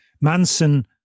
Manson